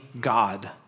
God